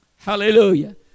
Hallelujah